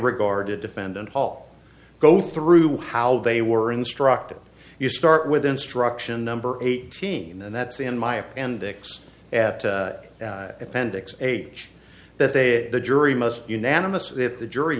regard to defendant hall go through how they were instructed you start with instruction number eighteen and that's in my appendix at appendix age that they the jury must unanimous if the jury